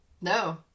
No